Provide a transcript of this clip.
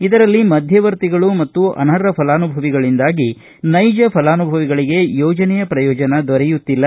ಇದರಲ್ಲಿ ಮಧ್ಯವರ್ತಿಗಳು ಮತ್ತು ಅನರ್ಪ ಫಲಾನುಭವಿಗಳಿಂದಾಗಿ ನೈಜ ಫಲಾನುಭವಿಗಳಿಗೆ ಯೋಜನೆಯ ಪ್ರಯೋಜನ ದೊರೆಯುತ್ತಿಲ್ಲ